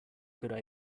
good